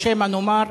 או שמא נאמר,